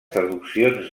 traduccions